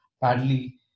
badly